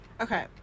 Okay